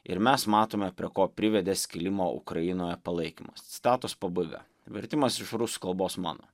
ir mes matome prie ko privedė skilimo ukrainoje palaikymas citatos pabaiga vertimas iš rusų kalbos mano